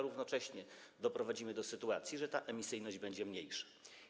Równocześnie doprowadzimy do sytuacji, że ta emisyjność będzie mniejsza.